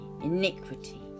iniquity